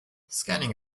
scanning